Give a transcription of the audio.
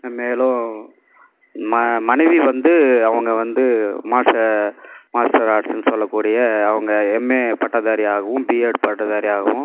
மேலும் ம மனைவி வந்து அவங்க வந்து மாஸ்டர் மாஸ்டர் ஆட்ஸ்சுன்னு சொல்ல கூடிய அவங்க எம்ஏ பட்டதாரியாகவும் பிஎட் பட்டதாரியாகவும்